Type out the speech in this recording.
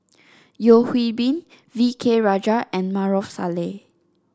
Yeo Hwee Bin V K Rajah and Maarof Salleh